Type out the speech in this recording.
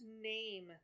name